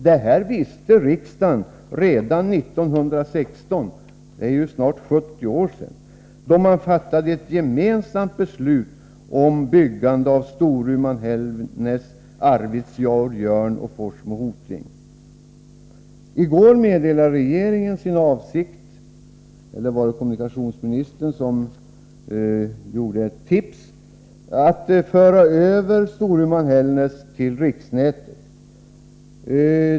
Detta visste riksdagen redan 1916 — för snart 70 år sedan — då man fattade ett gemensamt beslut om byggande av sträckorna Storuman-Hällnäs, Arvidsjaur-Jörn och Forsmo-Hoting. I går meddelade regeringen sin avsikt — eller möjligen var det kommunikationsministern som kom med ett tips — att föra över Storuman-Hällnäs till riksnätet.